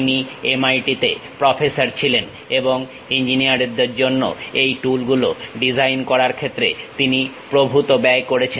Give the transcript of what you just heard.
তিনি MIT তে professor ছিলেন এবং ইঞ্জিনিয়ারদের জন্য এই টুল গুলো ডিজাইন করার ক্ষেত্রে তিনি প্রভূত সময় ব্যয় করেছেন